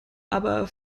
aber